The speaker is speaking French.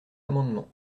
amendement